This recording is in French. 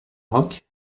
roque